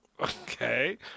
Okay